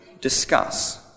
discuss